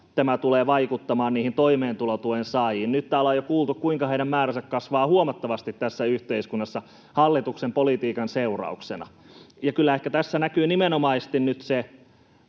tämä tulee vaikuttamaan niihin toimeentulotuen saajiin. Nyt täällä on jo kuultu, kuinka heidän määränsä kasvaa huomattavasti tässä yhteiskunnassa hallituksen politiikan seurauksena. Ja kyllä tässä näkyy nimenomaisesti nyt se,